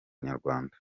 nyarwanda